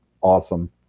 awesome